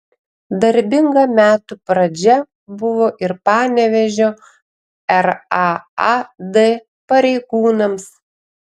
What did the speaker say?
darbinga metų pradžia buvo ir panevėžio raad pareigūnams